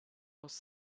was